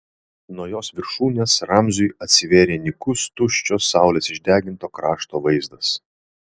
nuo jos viršūnės ramziui atsivėrė nykus tuščio saulės išdeginto krašto vaizdas